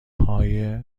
های